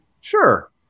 Sure